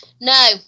No